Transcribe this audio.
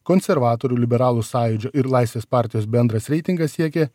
konservatorių liberalų sąjūdžio ir laisvės partijos bendras reitingas siekė